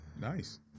Nice